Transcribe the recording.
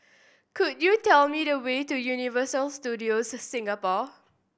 could you tell me the way to Universal Studios Singapore